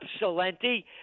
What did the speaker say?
Salenti